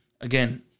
Again